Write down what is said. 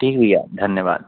ठीक भैया धन्यवाद